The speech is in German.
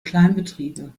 kleinbetriebe